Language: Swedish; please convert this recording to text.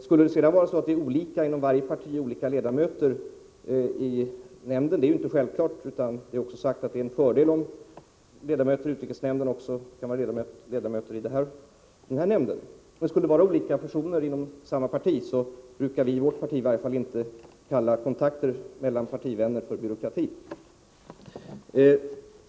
Skulle det sedan inom varje parti vara olika ledamöter i de båda nämnderna — det är inte självklart, eftersom det har uttalats att det är en fördel om ledamöter i utrikesnämnden också kan vara ledamöter i den nu föreslagna nämnden — betyder inte det mer byråkrati. Vi brukar i varje fall inte i vårt parti kalla kontakter mellan partivänner för byråkrati.